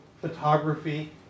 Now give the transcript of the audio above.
photography